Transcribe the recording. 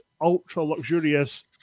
ultra-luxurious